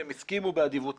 הם הסכימו באדיבותם.